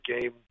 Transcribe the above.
game